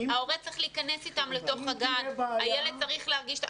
ההורה צריך להיכנס עם הילד לתוך הגן.